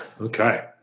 Okay